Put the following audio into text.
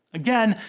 again,